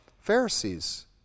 Pharisees